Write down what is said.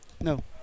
No